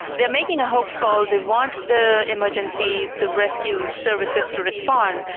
they're making a hoax call. they want the emergency, the rescue services to respond,